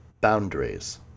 Boundaries